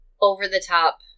over-the-top